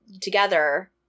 together